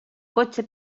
cotxe